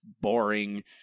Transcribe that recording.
boring